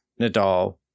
Nadal